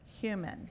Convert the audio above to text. human